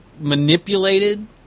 manipulated